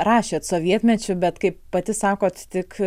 rašėt sovietmečiu bet kaip pati sakot tik